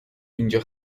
اینجا